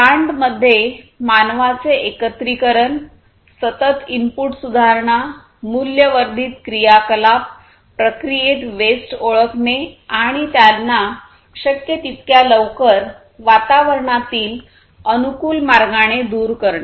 plant मध्ये मानवाचे एकत्रीकरण सतत इनपुट सुधारणा मूल्य वर्धित क्रियाकलाप प्रक्रियेत वेस्ट ओळखणे आणि त्यांना शक्य तितक्या लवकर वातावरणातील अनुकूल मार्गाने दूर करणे